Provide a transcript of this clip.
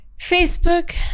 Facebook